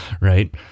Right